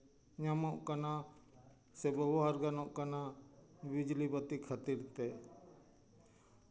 ᱧᱟᱢᱚᱜ ᱠᱟᱱᱟ ᱥᱮ ᱵᱮᱵᱚᱦᱟᱨ ᱜᱟᱱᱚᱜ ᱠᱟᱱᱟ ᱵᱤᱡᱽᱞᱤ ᱵᱟᱹᱛᱤ ᱠᱷᱟᱹᱛᱤᱨ ᱛᱮ